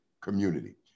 community